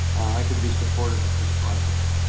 i could be supportive of this project.